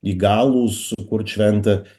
įgalūs sukurt šventę